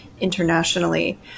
internationally